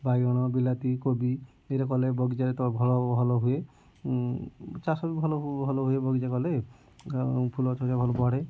ବାଇଗଣ ବିଲାତି କୋବି କଲେ ବଗିଚାରେ ତ ଭଳ ଭଲ ହୁଏ ଚାଷ ବି ଭଲ ହୁଏ ବଗିଚା କଲେ ଆଉ ଫୁଲ ଗଛ ହେରା ଭଲ ବଢ଼େ